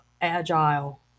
agile